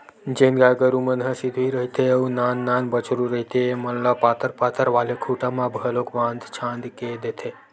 जेन गाय गरु मन ह सिधवी रहिथे अउ नान नान बछरु रहिथे ऐमन ल पातर पातर वाले खूटा मन म घलोक बांध छांद देथे